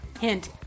Hint